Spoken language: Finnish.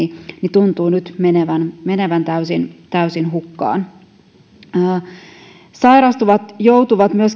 tuntuu nyt menevän menevän täysin täysin hukkaan myöskin sairastuvat joutuvat